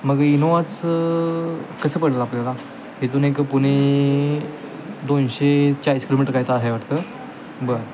मग इनोवाच कसं पडेल आपल्याला इथून एक पुणे दोनशे चाळीस किलोमीटर काय तर आहे वाटतं बरं